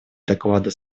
доклада